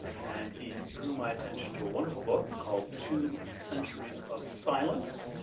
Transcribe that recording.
and, he drew my attention to a wonderful book called two centuries of silence.